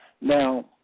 Now